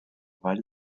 vall